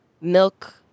milk